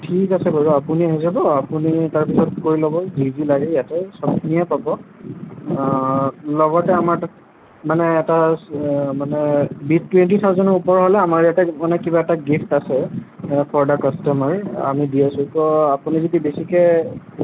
ঠিক আছে বাৰু আপুনি আহি যাব আপুনি তাৰ পিছত কৰি ল'ব যি যি লাগে ইয়াতে চবখিনিয়ে পাব লগতে আমাৰ তাত মানে গিফ্ট টুৱেণ্টি থাউজেণ্ডৰ ওপৰ হ'লে আমাৰ মানে কিবা এটা গিফ্ট আছে ফৰ দা কাষ্টমাৰ আমি দি আছোঁ তো আপুনি যদি বেছিকৈ